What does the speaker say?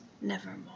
Nevermore